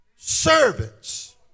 servants